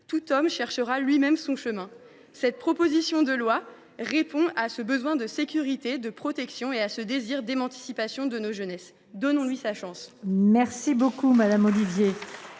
tout homme cherchera lui même son chemin. » Cette proposition de loi répond à ce besoin de sécurité et de protection, ainsi qu’à ce désir d’émancipation de nos jeunesses. Donnons lui sa chance